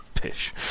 Pish